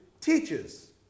teaches